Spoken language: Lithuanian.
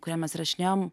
kurią mes rašinėjome